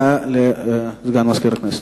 הודעה לסגן מזכיר הכנסת.